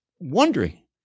Wondering